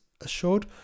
assured